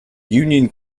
union